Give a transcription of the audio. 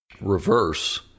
reverse